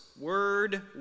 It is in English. word